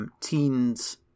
Teens